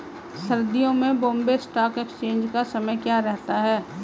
सर्दियों में Bombay stock exchange का समय क्या रहता है?